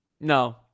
No